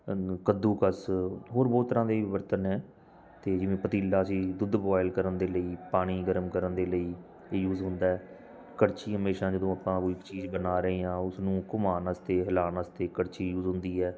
ਕੱਦੂ ਕੱਦੂਕਸ ਹੋਰ ਬਹੁਤ ਤਰ੍ਹਾਂ ਦੇ ਬਰਤਨ ਹੈ ਅਤੇ ਜਿਵੇਂ ਪਤੀਲਾ ਸੀ ਦੁੱਧ ਬੋਇਲ ਕਰਨ ਦੇ ਲਈ ਪਾਣੀ ਗਰਮ ਕਰਨ ਦੇ ਲਈ ਯੂਜ਼ ਹੁੰਦਾ ਕੜਛੀ ਹਮੇਸ਼ਾ ਜਦੋਂ ਆਪਾਂ ਕੋਈ ਚੀਜ਼ ਬਣਾ ਰਹੇ ਹਾਂ ਉਸਨੂੰ ਘੁਮਾਉਣ ਵਾਸਤੇ ਹਿਲਾਉਣ ਵਾਸਤੇ ਕੜਛੀ ਹੁੰਦੀ ਹੈ